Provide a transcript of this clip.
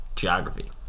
Geography